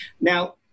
Now